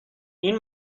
این